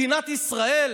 מדינת ישראל,